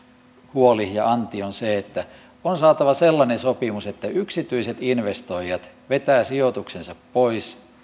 huoli ja anti on se että on saatava sellainen sopimus että yksityiset investoijat vetävät sijoituksensa pois